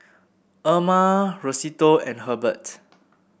Erma Rosetta and Hurbert